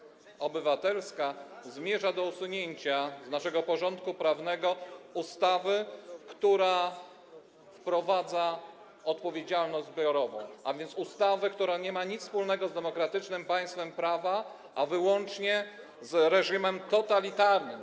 Obywatelski projekt ustawy zmierza do usunięcia z naszego porządku prawnego ustawy, która wprowadza odpowiedzialność zbiorową, a więc ustawy, która nie ma nic wspólnego z demokratycznym państwem prawa, a wyłącznie z reżimem totalitarnym.